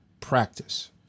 practice